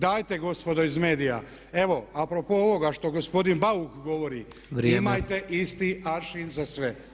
Dajte gospodo iz medija, evo a pro po ovoga što gospodin Bauk govori, imajte isti aršin za sve.